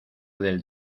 del